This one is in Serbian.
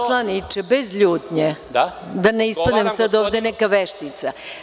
Poslaničke, bez ljutnje, da ne ispadnem sada ovde neka veštica.